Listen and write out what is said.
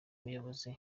muyobozi